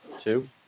two